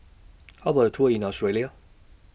How about A Tour in Australia